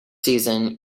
season